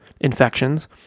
infections